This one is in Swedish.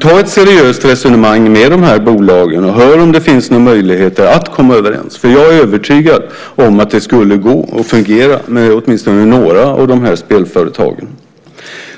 Ta ett seriöst resonemang med bolagen och hör om det finns några möjligheter att komma överens. Jag är övertygad om att det skulle fungera med åtminstone några av de här spelföretagen.